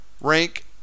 rank